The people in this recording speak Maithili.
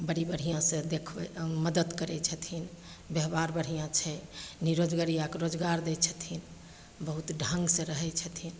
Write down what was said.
बड़ी बढ़िआँसे देखबै अँ मदति करै छथिन बेबहार बढ़िआँ छै निरोजगरिआके रोजगार दै छथिन बहुत ढङ्गसे रहै छथिन